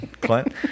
Clint